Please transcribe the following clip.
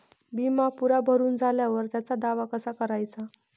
बिमा पुरा भरून झाल्यावर त्याचा दावा कसा कराचा?